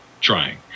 trying